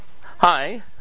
Hi